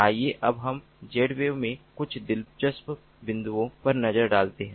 आइए अब हम Zave में कुछ दिलचस्प बिंदुओं पर नज़र डालते हैं